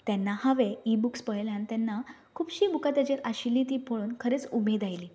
तेन्ना हावें ईबुक्स पळयले आनी तेन्ना खुबशीं बुकां ताजेर आशिल्ली ती पळोवन खरेंच उमेद आयली